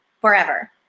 forever